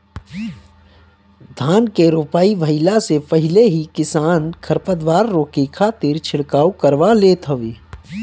धान के रोपाई भइला से पहिले ही किसान खरपतवार रोके खातिर छिड़काव करवा लेत हवे